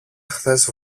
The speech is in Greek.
χθες